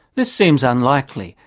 this seems unlikely,